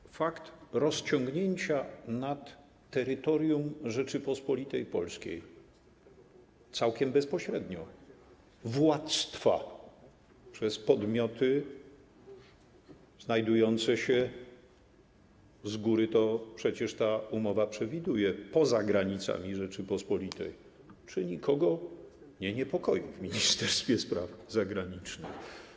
Czy fakt rozciągnięcia nad terytorium Rzeczypospolitej Polskiej, całkiem bezpośrednio, władztwa przez podmioty znajdujące się, z góry to przecież ta umowa przewiduje, poza granicami Rzeczypospolitej nikogo nie niepokoi w Ministerstwie Spraw Zagranicznych?